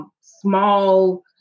small